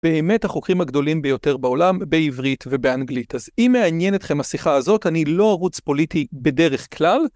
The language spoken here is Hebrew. באמת החוקרים הגדולים ביותר בעולם בעברית ובאנגלית. אז אם מעניין אתכם השיחה הזאת, אני לא ערוץ פוליטי בדרך כלל.